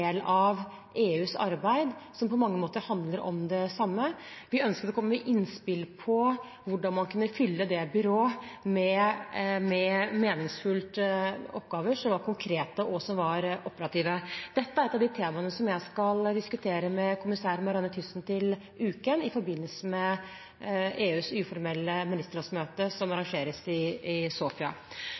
av EUs arbeid, som på mange måter handler om det samme. Vi ønsket å komme med innspill på hvordan man kunne fylle det byrået med meningsfulle oppgaver som var konkrete og som var operative. Dette er et av de temaene som jeg skal diskutere med kommissær Marianne Thyssen til uken i forbindelse med EUs uformelle ministerrådsmøte, som arrangeres i Sofia. Så deltar statsrådene med jevne mellomrom her i